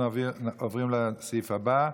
אנחנו עוברים לסעיף הבא,